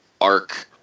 arc